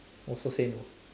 also same ah